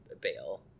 bail